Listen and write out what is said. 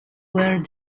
were